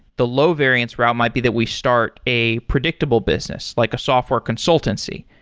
the low-variance route might be that we start a predictable business, like a software consultancy,